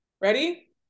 Ready